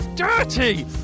dirty